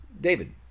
David